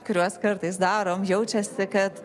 kuriuos kartais darom jaučiasi kad